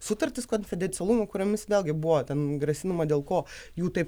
sutartis konfidencialumo kuriomis vėl gi buvo ten grasinama dėl ko jų taip